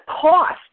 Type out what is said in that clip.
cost